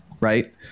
right